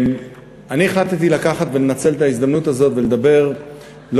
אני החלטתי לקחת ולנצל את ההזדמנות הזאת ולדבר לא